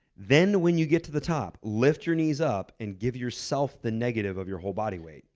then when you get to the top, lift your knees up and give yourself the negative of your whole body weight.